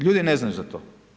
Ljudi ne znaju za to.